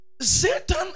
Satan